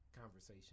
conversation